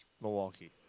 Milwaukee